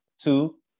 two